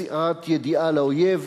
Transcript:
מסירת ידיעה לאויב,